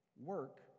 work